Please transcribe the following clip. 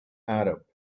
arab